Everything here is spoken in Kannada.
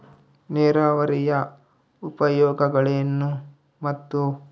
ನೇರಾವರಿಯ ಉಪಯೋಗಗಳನ್ನು ಮತ್ತು?